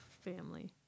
family